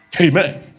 Amen